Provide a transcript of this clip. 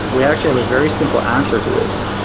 we actually have very simple answer to this,